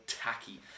tacky